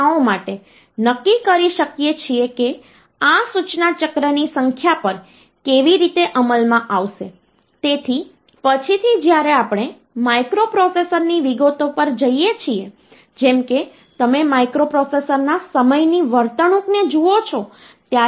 પરંતુ તમારે એક વાત સમજવી જોઈએ કે જો આપણે બે n બીટ નંબરો ઉમેરી રહ્યા હોઈએ તો પરિણામ n પ્લસ 1 બીટનું હોઈ શકે છે અને તેનાથી વધુ નહીં